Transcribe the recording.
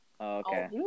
Okay